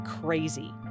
crazy